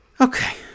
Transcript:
okay